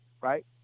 right